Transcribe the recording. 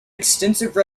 extensive